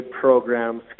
programs